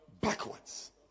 Backwards